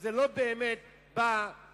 כשזה לא באמת בא להרע